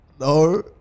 No